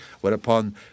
whereupon